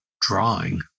drawing